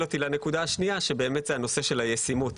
הנקודה השנייה זה נושא הישימות,